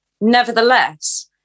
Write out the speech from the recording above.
Nevertheless